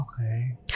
Okay